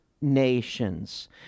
Nations